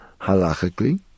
halachically